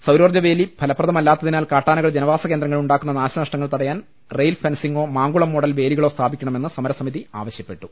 സൌരോർജ്ജവേലി ഫലപ്രദമല്ലാ ത്തതിനാൽ കാട്ടാനകൾ ജനവാസകേന്ദ്രങ്ങളിൽ ഉണ്ടാക്കുന്ന നാശനഷ്ടങ്ങൾ തടയാൻ റെയിൽഫെൻസിങോ മാങ്കുളം മോഡൽ വേലികളോ സ്ഥാപിക്കണമെന്ന് സമരസമിതി ആവശ്യ പ്പെട്ടു